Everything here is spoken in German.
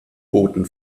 booten